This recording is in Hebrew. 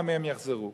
וספק כמה מהם יחזרו.